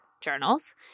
journals